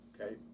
Okay